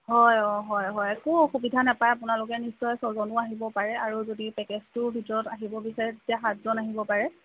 হয় অঁ হয় হয় একো অসুবিধা নাপায় আপোনালোকে নিশ্চয় ছজনো আহিব পাৰে যদি পেকেজটোৰ ভিতৰত আহিব বিচাৰে তেতিয়া সাতজন আহিব পাৰে